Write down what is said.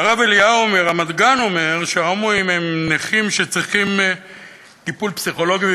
הרב אליהו מרמת-גן אומר שההומואים הם נכים שצריכים טיפול פסיכולוגי,